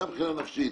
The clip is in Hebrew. גם מבחינה נפשית,